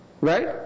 right